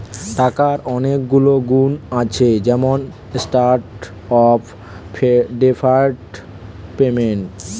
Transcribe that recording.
টাকার অনেক ভালো গুন্ আছে যেমন স্ট্যান্ডার্ড অফ ডেফার্ড পেমেন্ট